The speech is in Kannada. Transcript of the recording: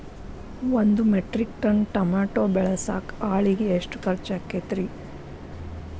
ಒಂದು ಮೆಟ್ರಿಕ್ ಟನ್ ಟಮಾಟೋ ಬೆಳಸಾಕ್ ಆಳಿಗೆ ಎಷ್ಟು ಖರ್ಚ್ ಆಕ್ಕೇತ್ರಿ?